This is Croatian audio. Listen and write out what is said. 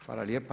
Hvala lijepa.